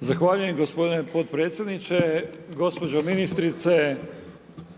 Zahvaljujem gospodine potpredsjedniče, gospođo ministrice.